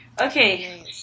Okay